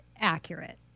accurate